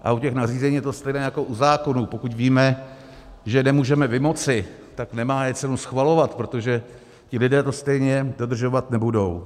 A u těch nařízení je to stejné jako u zákonů, pokud víme, že je nemůžeme vymoci, tak nemá cenu je schvalovat, protože ti lidé to stejně dodržovat nebudou.